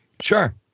sure